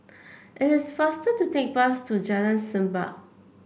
it is faster to take the bus to Jalan Semerbak